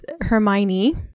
Hermione